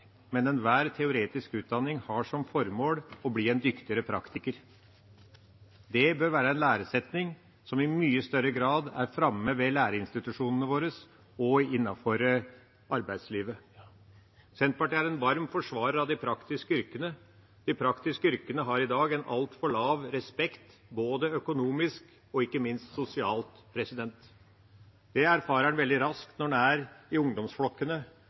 men enhver teoretisk utdanning har som formål at en skal bli en dyktigere praktiker. Det bør være en læresetning som i mye større grad er framme ved læreinstitusjonene våre og innenfor arbeidslivet. Senterpartiet er en varm forsvarer av de praktiske yrkene. De praktiske yrkene har i dag en altfor lav respekt både økonomisk og ikke minst sosialt. Det erfarer en veldig raskt når en er i ungdomsflokkene